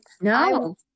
No